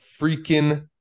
freaking